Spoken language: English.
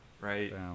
right